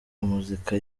muzika